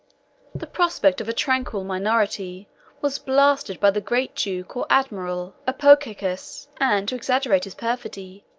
the prospect of a tranquil minority was blasted by the great duke or admiral apocaucus, and to exaggerate his perfidy,